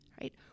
Right